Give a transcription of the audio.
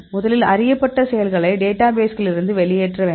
முதலில் அறியப்பட்ட செயல்களை டேட்டாபேஸ்களிலிருந்து வெளியேற்ற வேண்டும்